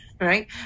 right